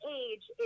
age